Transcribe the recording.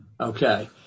Okay